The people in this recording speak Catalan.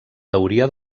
teoria